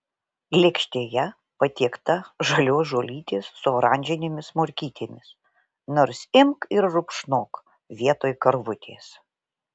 lėkštėje patiekta žalios žolytės su oranžinėmis morkytėmis nors imk ir rupšnok vietoj karvutės